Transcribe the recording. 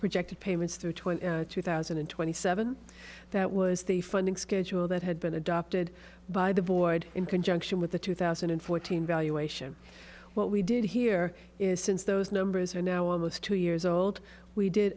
projected payments to twenty two thousand and twenty seven that was the funding schedule that had been adopted by the void in conjunction with the two thousand and fourteen valuation what we did here is since those numbers are now almost two years old we did